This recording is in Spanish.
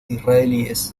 israelíes